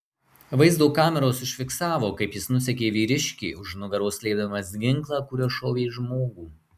vaizdo kameros užfiksavo kaip jis nusekė vyriškį už nugaros slėpdamas ginklą kuriuo šovė į žmogų